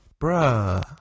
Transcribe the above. bruh